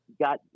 got